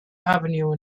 avenue